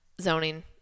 zoning